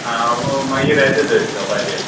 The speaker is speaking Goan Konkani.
आं मागीर येता थंय शॉपाचेर